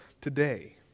today